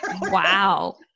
wow